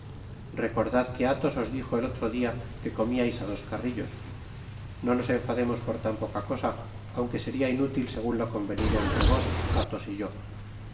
recordad que athos os dijo el otro dia que comiais á dos carrillos no nos enfademos por tan poca cosa aunque seria inútil segun lo convenido entre vos athos y yo